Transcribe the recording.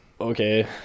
okay